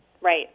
Right